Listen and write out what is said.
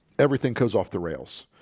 everything goes off the rails,